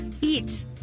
Eat